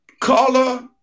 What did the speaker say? color